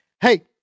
Hey